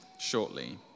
shortly